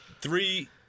three